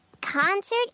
Concert